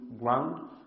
ground